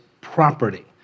property